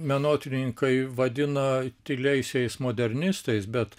menotyrininkai vadina tyliaisiais modernistais bet